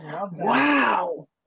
Wow